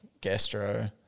gastro